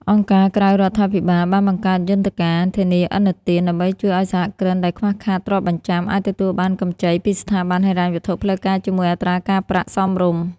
អង្គការក្រៅរដ្ឋាភិបាលបានបង្កើតយន្តការ "ធានាឥណទាន" ដើម្បីជួយឱ្យសហគ្រិនដែលខ្វះខាតទ្រព្យបញ្ចាំ អាចទទួលបានកម្ចីពីស្ថាប័នហិរញ្ញវត្ថុផ្លូវការជាមួយអត្រាការប្រាក់សមរម្យ។